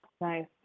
Nice